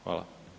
Hvala.